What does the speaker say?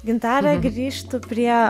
gintare grįžtu prie